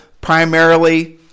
primarily